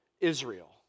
Israel